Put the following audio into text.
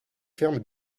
ferme